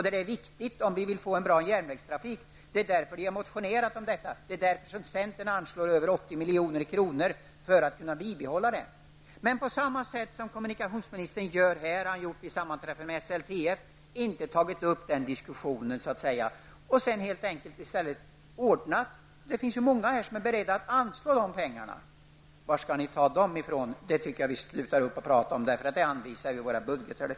Detta är viktigt om vi vill få en bra järnvägstrafik. Det är därför som man har motionerat om detta. Det är därför som centern anslår över 80 milj.kr. för att kunna bibehålla trafiken. På samma sätt som kommunikationsministern underlåter att beröra frågan här, har han vid sammanträffanden med SLTF inte tagit upp den diskussionen. Men det finns många här som är beredda att anslå de pengarna. Var vi skall ta dem tycker jag att vi skall sluta att prata om. Var de finns anvisar vi i vår budget.